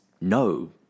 no